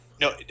No